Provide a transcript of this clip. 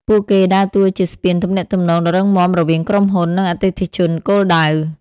ពួកគេដើរតួជាស្ពានទំនាក់ទំនងដ៏រឹងមាំរវាងក្រុមហ៊ុន និងអតិថិជនគោលដៅ។